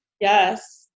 Yes